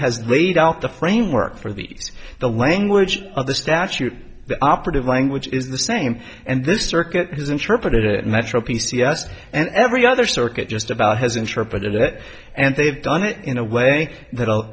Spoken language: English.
has laid out the framework for these the language of the statute the operative language is the same and this circuit has interpreted it metro p c s and every other circuit just about has interpreted it and they've done it in a way that